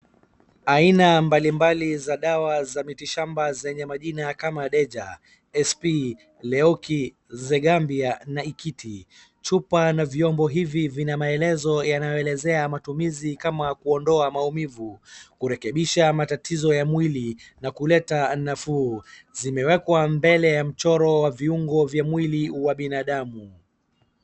Aina mbalimbali za dawa za mitishamba zenye majina kama Deja, Sp, Leoki, Nzegambia na Ikiti. Chupa na vyombo hivi vina maelezo yanayo elezea matumizi kama kuondoa maumivi, kurekebisha matatizo ya mwili na kuleta nafuu. Zimeekwa mbele ya mchoro ya viungo vya mwili wa binadamu.